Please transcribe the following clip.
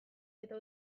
eta